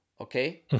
okay